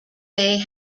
may